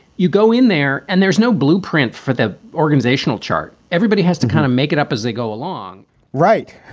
you go in there and there's no blueprint for the organizational chart. everybody has to kind of make it up as they go along right.